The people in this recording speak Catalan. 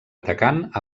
atacant